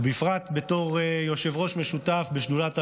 ובפרט בתור יושב-ראש שותף בשדולת המילואים,